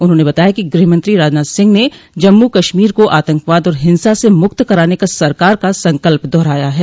उन्होंने बताया कि गृहमंत्री राजनाथ सिंह ने जम्मू कश्मीर को आतंकवाद और हिंसा से मुक्त कराने का सरकार का संकल्प दोहराया है